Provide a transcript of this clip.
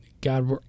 God